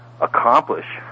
accomplish